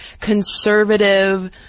conservative